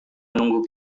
menunggu